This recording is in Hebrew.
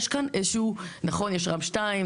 יש ר"ם 2,